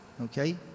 Okay